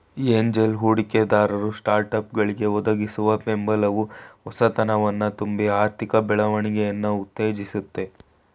angel ಹೂಡಿಕೆದಾರರು ಸ್ಟಾರ್ಟ್ಅಪ್ಗಳ್ಗೆ ಒದಗಿಸುವ ಬೆಂಬಲವು ಹೊಸತನವನ್ನ ತುಂಬಿ ಆರ್ಥಿಕ ಬೆಳವಣಿಗೆಯನ್ನ ಉತ್ತೇಜಿಸುತ್ತೆ